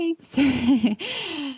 thanks